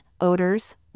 odors